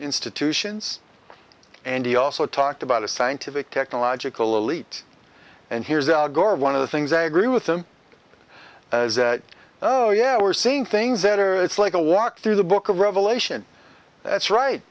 institutions and he also talked about a scientific technological elite and here's our gore one of the things i agree with them oh yeah we're seeing things that are it's like a walk through the book of revelation that's right